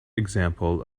example